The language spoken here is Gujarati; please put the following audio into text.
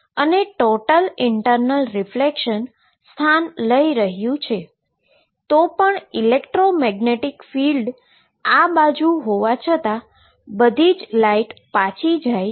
અને ટોટલ ઈન્ટર્નલ રીફ્લેક્શ સ્થાન લઈ રહ્યુ છે તો પણ ઈલેક્ટ્રોમેગ્નેટીક ફિલ્ડ આ બાજુ હોવા છતા પણ બધી જ લાઈટ પાછી જાય છે